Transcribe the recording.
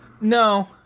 No